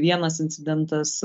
vienas incidentas